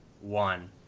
one